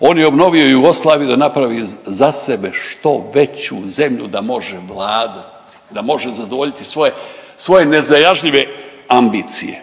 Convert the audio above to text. On je obnovio i Jugoslaviju da napravi za sebe što veću zemlju da može vladat, da može zadovoljiti svoje nezajažljive ambicije